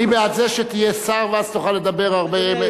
אני בעד זה שתהיה שר ואז תוכל לדבר הרבה.